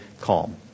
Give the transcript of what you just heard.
calm